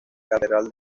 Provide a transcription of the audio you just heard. catedral